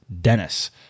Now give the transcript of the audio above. Dennis